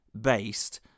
based